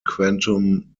quantum